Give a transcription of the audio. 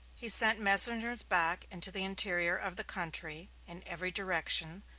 he sent messengers back into the interior of the country, in every direction,